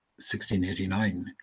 1689